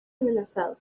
amenazado